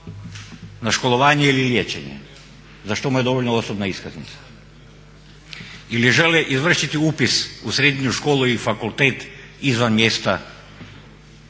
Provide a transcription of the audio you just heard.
na školovanje ili liječenje za što mu je dovoljna osobna iskaznica. Ili žele izvršiti upis u srednju školu i fakultet izvan mjesta